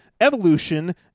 evolution